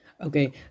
Okay